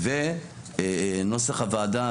ונוסח הוועדה,